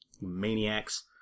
Maniacs